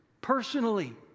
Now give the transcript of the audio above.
personally